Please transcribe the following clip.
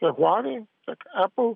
tiek huawei tiek apple